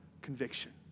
conviction